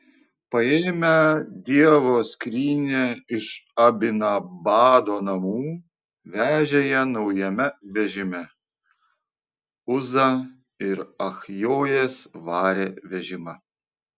paėmę dievo skrynią iš abinadabo namų vežė ją naujame vežime uza ir achjojas varė vežimą